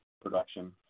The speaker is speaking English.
production